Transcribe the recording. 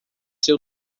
seu